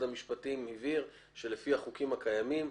המשפטים הבהיר שלפי החוקים הקיימים,